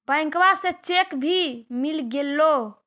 बैंकवा से चेक भी मिलगेलो?